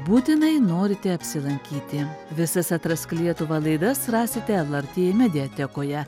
būtinai norite apsilankyti visas atrask lietuvą laidas rasite lrt mediatekoje